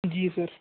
ਜੀ ਸਰ